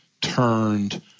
turned